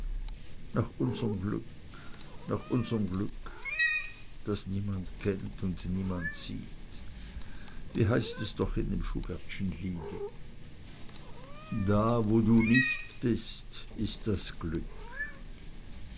nach unsrem glück nach unsrem glück das niemand kennt und niemand sieht wie heißt es doch in dem schubertschen liede da wo du nicht bist ist das glück